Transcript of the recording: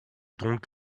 donc